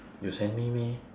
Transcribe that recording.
you send me meh